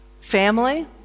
family